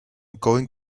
going